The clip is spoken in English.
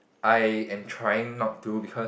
I am trying not to because